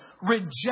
reject